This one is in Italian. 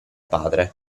padre